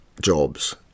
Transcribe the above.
jobs